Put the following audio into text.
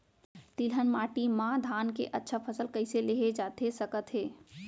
तिलहन माटी मा धान के अच्छा फसल कइसे लेहे जाथे सकत हे?